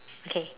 okay